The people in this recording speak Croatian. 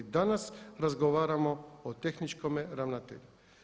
Danas razgovaramo o tehničkome ravnatelju.